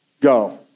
go